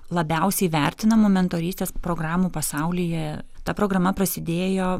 labiausiai vertinamų mentorystės programų pasaulyje ta programa prasidėjo